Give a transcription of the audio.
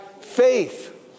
faith